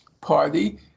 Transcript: party